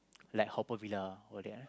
like Haw-Par-Villa all that